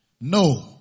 No